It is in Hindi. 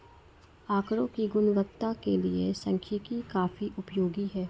आकड़ों की गुणवत्ता के लिए सांख्यिकी काफी उपयोगी है